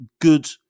good